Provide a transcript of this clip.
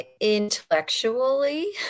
intellectually